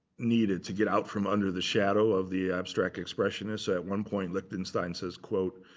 needed to get out from under the shadow of the abstract expressionist. at one point, lichtenstein's says quote,